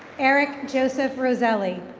erik joseph rizelli.